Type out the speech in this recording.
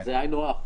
אבל זה היינו הך.